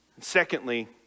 Secondly